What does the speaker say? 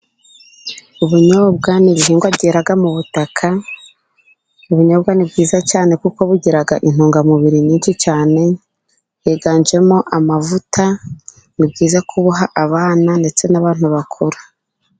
Ubunyobwa ni ibihingwa byera mu butaka, ubunyobwa ni bwiza cyane kuko bugira intungamubiri nyinshi cyane, higanjemo amavuta, ni byiza kubuha abana ndetse n'abantu bakuru.